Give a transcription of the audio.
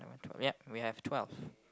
ya we have twelve